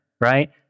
right